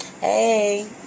Hey